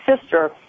sister